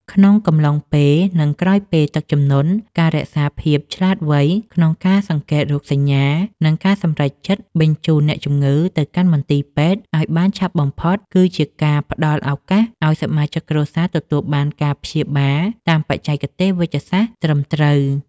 ក្នុងកំឡុងពេល និងក្រោយពេលទឹកជំនន់ ការរក្សាភាពឆ្លាតវៃក្នុងការសង្កេតរោគសញ្ញា និងការសម្រេចចិត្តបញ្ជូនអ្នកជំងឺទៅកាន់មន្ទីរពេទ្យឱ្យបានឆាប់បំផុត គឺជាការផ្តល់ឱកាសឱ្យសមាជិកគ្រួសារទទួលបានការព្យាបាលតាមបច្ចេកទេសវេជ្ជសាស្ត្រត្រឹមត្រូវ។